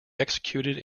executed